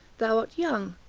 thou art young,